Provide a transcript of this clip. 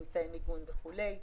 אמצעי מיגון וכו'.